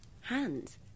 Hands